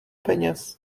peněz